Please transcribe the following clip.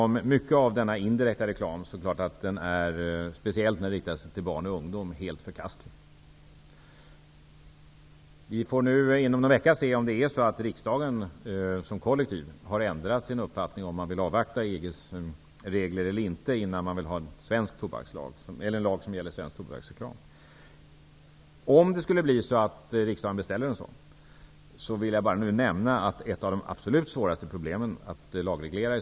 Mycket av denna indirekta reklam är helt förkastlig, speciellt när den riktar sig till barn och ungdom. Inom någon vecka får vi se om riksdagen som kollektiv har ändrat sin uppfattning om huruvida man vill avvakta EG:s regler eller inte, när det gäller en lag om svensk tobaksreklam. Om riksdagen beställer en sådan lag är frågan om den indirekta tobaksreklamen ett av de absolut svåraste problemen att lagreglera.